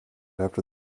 after